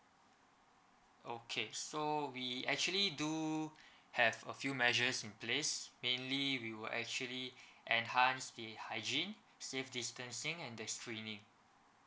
okay so we actually do have a few measures in place mainly we will actually enhance the hygiene safe distancing and the screening